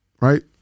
right